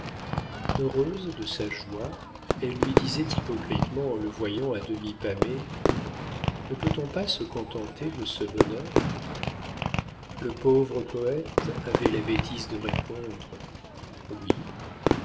heureuse de sa joie elle lui disait hypocritement en le voyant à demi pâmé ne peut-on pas se contenter de ce bonheur le pauvre poète avait la bêtise de répondre oui